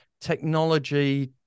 technology